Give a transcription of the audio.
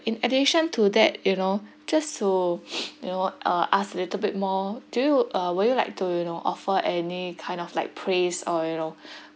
in addition to that you know just to you know uh ask a little bit more do you uh would you like to you know offer any kind of like praise or you know